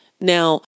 Now